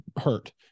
hurt